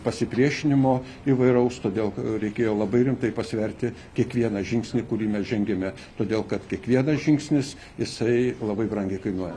pasipriešinimo įvairaus todėl reikėjo labai rimtai pasverti kiekvieną žingsnį kurį mes žengiame todėl kad kiekvienas žingsnis jisai labai brangiai kainuoja